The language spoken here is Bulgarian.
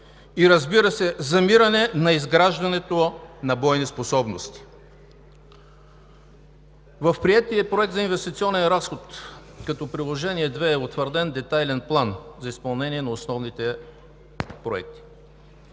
и, разбира се, замиране на изграждането на бойни способности. В приетия Проект за инвестиционен разход като Приложение 2 е утвърден детайлен план за изпълнение на основните проекти.